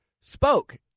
spoke